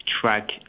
track